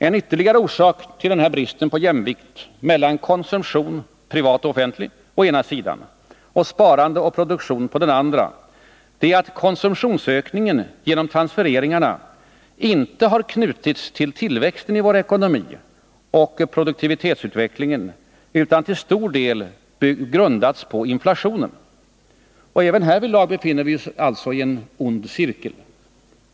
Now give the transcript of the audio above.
En ytterligare orsak till denna brist på jämvikt mellan konsumtion — privat och offentlig — å ena sidan och sparande och produktion å den andra är, att konsumtionsökningen genom transfereringarna inte har knutits till tillväxten och produktivitetsutvecklingen i vår ekonomi utan till stor del grundats på inflationen. Även härvidlag befinner vi oss alltså i en ond cirkel.